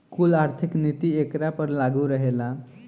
कुल आर्थिक नीति एकरा पर लागू रहेला